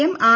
M R